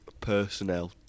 personnel